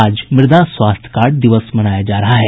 आज मृदा स्वास्थ्य कार्ड दिवस मनाया जा रहा है